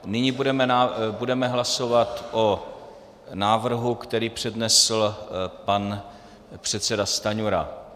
Nyní budeme hlasovat o návrhu, který přednesl pan předseda Stanjura.